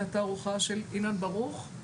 התערוכה של אילן ברוך,